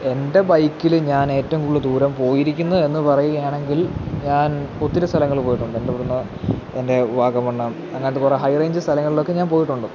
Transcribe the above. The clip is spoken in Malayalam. എൻ്റെ ബൈക്കില് ഞാൻ ഏറ്റവും കൂടുതൽ ദൂരം പോയിരിക്കുന്നത് എന്ന് പറയാണെങ്കിൽ ഞാൻ ഒത്തിരി സ്ഥലങ്ങളില് പോയിട്ടുണ്ട് എൻ്റെ ഇവിടുന്ന് എൻ്റെ വാഗമണ്ണ് അങ്ങനത്തെ കുറേ ഹൈ റേഞ്ച് സ്ഥലങ്ങളിലൊക്കെ ഞാന് പോയിട്ടുണ്ട്